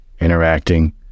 interacting